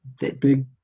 big